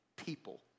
People